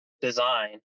design